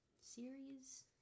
series